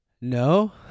No